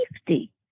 safety